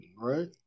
right